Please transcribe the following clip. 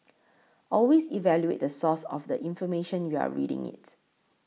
always evaluate the source of the information you're reading it